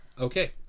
Okay